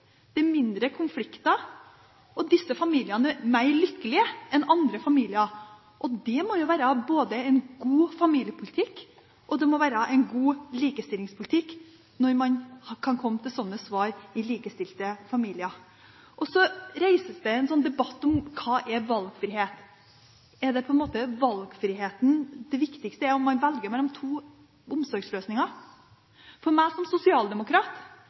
færre skilsmisser, mindre vold, mindre konflikter, og disse familiene er mer lykkelige enn andre familier. Det må jo være både en god familiepolitikk og en god likestillingspolitikk når man kan komme til slike svar i likestilte familier. Så reises det en debatt om hva som er valgfrihet. Er det slik at den viktigste valgfriheten er det at man velger mellom to omsorgsløsninger? For meg som sosialdemokrat